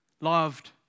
loved